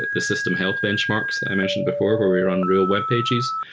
the system helped benchmarks. i mentioned before, where we run real webpages.